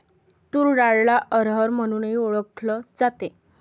तूर डाळला अरहर म्हणूनही ओळखल जाते